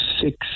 six